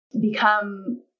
become